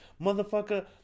motherfucker